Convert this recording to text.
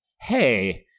Hey